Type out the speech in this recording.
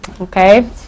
Okay